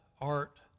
art